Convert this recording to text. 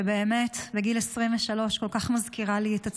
שבאמת בגיל 23 כל כך מזכירה לי את עצמי,